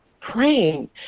praying